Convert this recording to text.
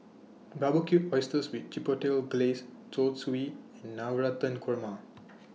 Barbecued Oysters with Chipotle Glaze Zosui and Navratan Korma